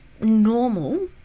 normal